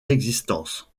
existence